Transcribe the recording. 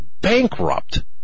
bankrupt